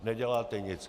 Neděláte nic.